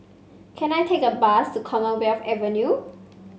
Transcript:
can I take a bus to Commonwealth Avenue